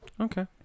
okay